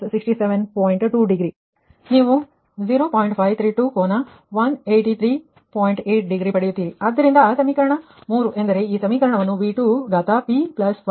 8 degree ಪಡೆಯುತ್ತೀರಿ ಆದ್ದರಿಂದ ಆ ಸಮೀಕರಣ 3 ಎಂದರೆ ಈ ಸಮೀಕರಣವನ್ನುV 2p1 0